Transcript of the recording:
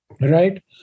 Right